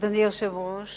אדוני ראש הממשלה,